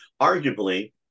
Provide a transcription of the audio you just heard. arguably